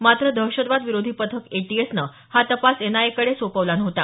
मात्र दहशतवाद विरोधी पथक एटीएसनं हा तपास एन आय ए कडे सोपवला नव्हता